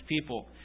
people